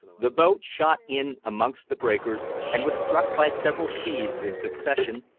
the boat shot in amongst the breakers, and was struck by several seas in succession,